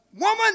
woman